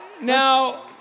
Now